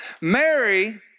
Mary